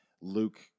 Luke